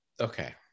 Okay